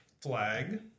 flag